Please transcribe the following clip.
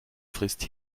frisst